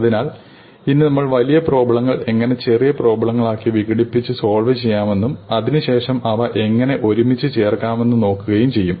അതിനാൽ ഇനി നമ്മൾ വലിയ പ്രോബ്ലങ്ങൾ എങ്ങിനെ ചെറിയ പ്രോബ്ലങ്ങളായി വിഘടിപ്പിച്ച് സോൾവ് ചെയ്യാമെന്നും അതിനുശേഷം അവ എങ്ങനെ ഒരുമിച്ച് ചേർക്കാമെന്ന് നോക്കുകയും ചെയ്യും